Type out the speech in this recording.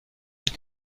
îles